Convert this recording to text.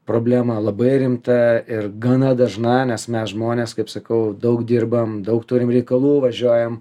problema labai rimta ir gana dažna nes mes žmonės kaip sakau daug dirbam daug turim reikalų važiuojam